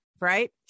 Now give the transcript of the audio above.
right